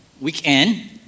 weekend